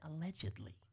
allegedly